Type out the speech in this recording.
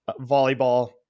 volleyball